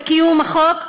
וקיום החוק,